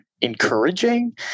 encouraging